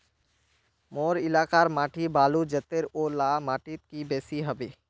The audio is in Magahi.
मोर एलाकार माटी बालू जतेर ओ ला माटित की बेसी हबे?